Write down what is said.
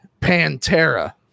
Pantera